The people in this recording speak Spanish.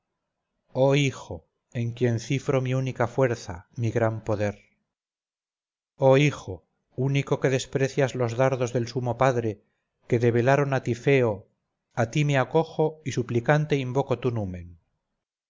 oh hijo en quien cifro mi única fuerza mi gran poder oh hijo único que desprecias los dardos del sumo padre que debelaron a tifeo a ti me acojo y suplicante invoco tu numen